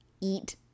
eat